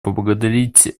поблагодарить